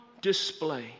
display